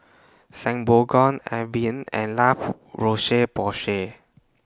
Avene and La Roche Porsay